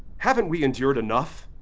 haven't we endured enough?